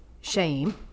shame